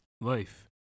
life